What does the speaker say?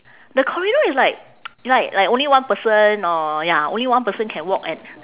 the corridor is like it's like like only one person or ya only one person can walk and